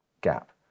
gap